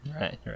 Right